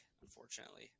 unfortunately